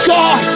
God